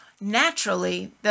naturally